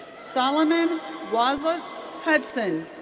solomon waa'iz ah hudson.